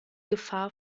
gefahr